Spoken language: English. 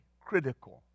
critical